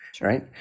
Right